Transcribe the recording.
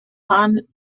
kan